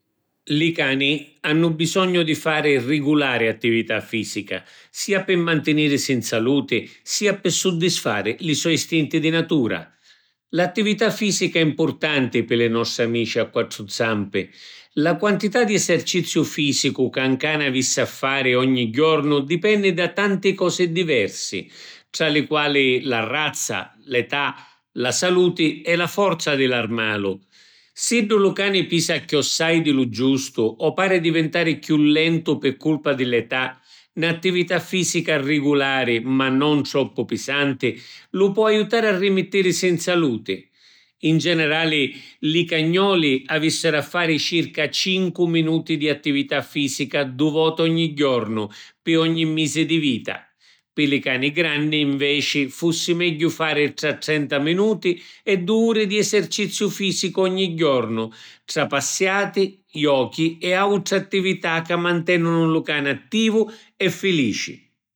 Li cani hannu bisognu di fari rigulari attività fisica, sia pi mantinìrisi in saluti, sia pi suddisfari li so’ istinti di natura. L’attività fisica è mpurtanti pi li nostri amici a quattru zampi. La quantità di eserciziu fìsicu ca ‘n cani avissi a fari ogni jornu dipenni da tanti cosi diversi, tra li quali la razza, l’età, la saluti e la forza di l’armalu. Siddu lu cani pisa chiossai di lu giustu o pari divintari chiù lentu pi culpa di l’età, n’attività fisica rigulari, ma non troppu pisanti, lu po aiutari a rimittìrisi in saluti. In generali, li cagnoli avìssiru a fari circa cincu minuti di attività fisica du’ voti ogni jornu pi ogni misi di vita. Pi li cani granni, nveci, fussi megghiu fari tra trenta minuti e du’ uri di eserciziu fìsicu ogni jornu, tra passiati, jochi e àutri attività ca mantènunu lu cani attivu e filici.